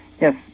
yes